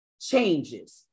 changes